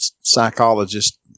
psychologist